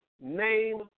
name